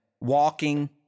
walking